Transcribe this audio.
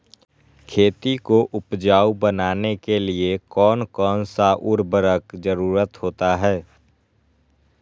खेती को उपजाऊ बनाने के लिए कौन कौन सा उर्वरक जरुरत होता हैं?